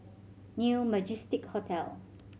New Majestic Hotel